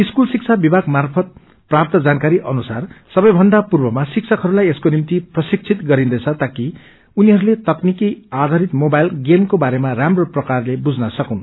school शिक्षा विभाग माफ़त प्राप्त जानकारी अनुसार सबैभन पूर्वमा शिक्षकहरूलाई यसको निम्ति प्रशिक्षित गरिन्दैछ ताकि उनीहरूले तकनीक आधारित मोबाईल गेमको बारेमा राम्रो प्रकारले बुझ्न सकून्